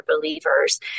believers